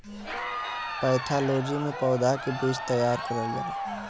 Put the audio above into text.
pathology में पौधा के बीज तैयार करल जाला